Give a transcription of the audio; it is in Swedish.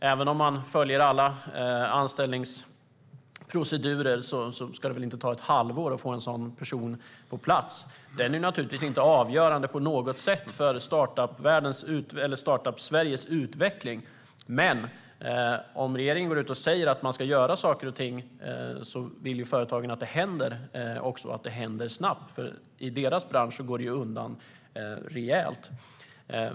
Även om man följer alla anställningsprocedurer ska det väl inte ta ett halvår att få en sådan person på plats? Detta är naturligtvis inte avgörande för startup-Sveriges utveckling, men om regeringen går ut och säger att man ska göra saker och ting vill ju företagen att det också händer snabbt, för i deras bransch går det undan rejält.